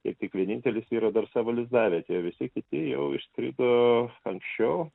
tai tik vienintelis yra dar savo lizdavietėj visi kiti jau išskrido anksčiau